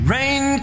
Rain